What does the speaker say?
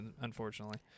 unfortunately